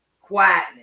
quietness